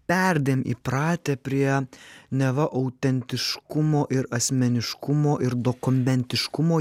perdėm įpratę prie neva autentiškumo ir asmeniškumo ir dokumentiškumo ieškojimą